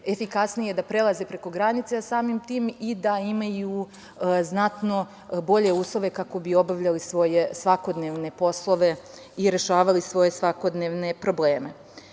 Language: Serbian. efikasnije da prelaze preko granice, a samim tim i da imaju znatno bolje uslove kako bi obavljali svoje svakodnevne poslove i rešavali svoje svakodnevne probleme. Zbog